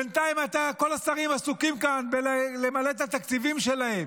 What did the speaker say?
בינתיים כל השרים עסוקים כאן בלמלא את התקציבים שלהם,